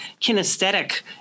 kinesthetic